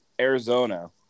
Arizona